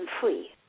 free